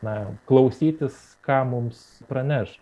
na klausytis ką mums praneš